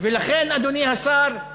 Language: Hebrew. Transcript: ולכן, אדוני השר,